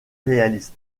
réaliste